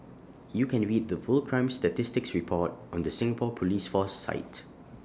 you can read the full crime statistics report on the Singapore Police force site